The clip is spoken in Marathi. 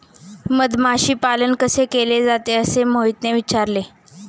मधमाशी पालन कसे केले जाते? असे मोहितने विचारले